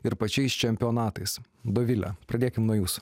ir pačiais čempionatais dovile pradėkime nuo jos